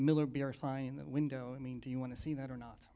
miller beer sign that window i mean do you want to see that or not